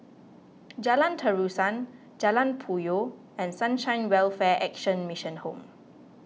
Jalan Terusan Jalan Puyoh and Sunshine Welfare Action Mission Home